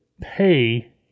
pay